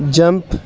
jump